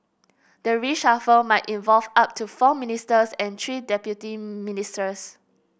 the reshuffle might involve up to four ministers and three deputy ministers